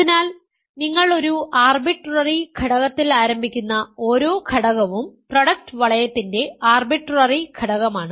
അതിനാൽ നിങ്ങൾ ഒരു ആർബിട്രറി ഘടകത്തിൽ ആരംഭിക്കുന്ന ഓരോ ഘടകവും പ്രൊഡക്റ്റ് വളയത്തിന്റെ ആർബിട്രറി ഘടകമാണ്